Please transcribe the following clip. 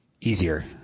easier